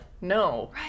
no